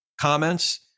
comments